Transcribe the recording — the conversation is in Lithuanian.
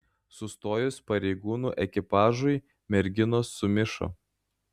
sustojus pareigūnų ekipažui merginos sumišo